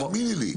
תאמיני לי.